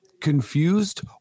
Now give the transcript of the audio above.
confused